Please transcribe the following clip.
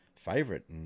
Favorite